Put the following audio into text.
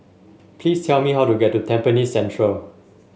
please tell me how to get to Tampines Central